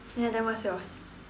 ya then what's yours